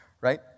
right